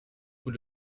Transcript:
vous